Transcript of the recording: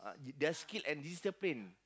uh they are skilled and disciplined